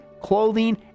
clothing